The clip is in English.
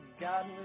God